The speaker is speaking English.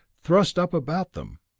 thrust up about them.